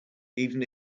even